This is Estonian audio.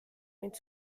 mind